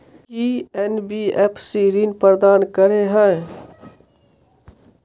की NBFC ऋण प्रदान करे है?